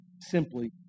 simply